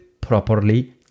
properly